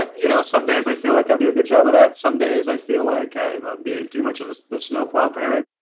you know some days i feel like i'll do a good job of that. some days i feel like i'm i'm being too much of the snowplow parent